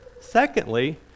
Secondly